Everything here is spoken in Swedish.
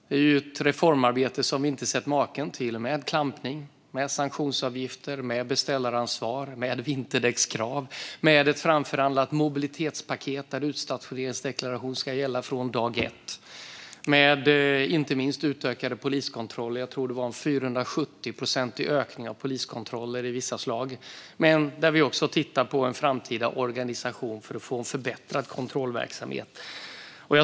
Det är ett reformarbete som vi inte sett maken till, med klampning, med sanktionsavgifter, med beställaransvar, med vinterdäckskrav, med ett framförhandlat mobilitetspaket där utstationeringsdeklaration ska gälla från dag ett och inte minst med utökade poliskontroller. Jag tror att det var en 470-procentig ökning av poliskontroller i vissa slag. Men vi tittar också på en framtida organisation för att få en förbättrad kontrollverksamhet.